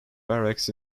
barracks